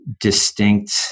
distinct